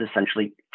essentially